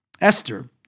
Esther